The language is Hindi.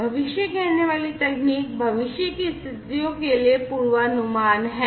भविष्य कहने वाली तकनीक भविष्य की स्थितियों के लिए पूर्वानुमान हैं